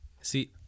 see